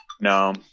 No